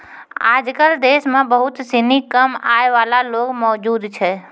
आजकल देश म बहुत सिनी कम आय वाला लोग मौजूद छै